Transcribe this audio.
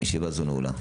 ישיבה זו נעולה.